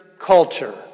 culture